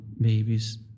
babies